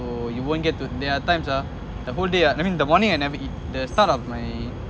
so you won't get to there are times ah the whole day ah during the morning I never eat the start of my